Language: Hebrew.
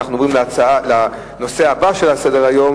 אנחנו עוברים לנושא הבא שעל סדר-היום,